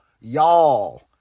y'all